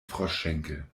froschschenkel